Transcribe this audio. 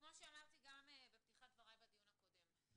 כמו שאמרתי גם בפתיחת דבריי בדיון הקודם.